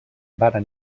varen